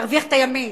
תרוויח את הימין,